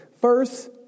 First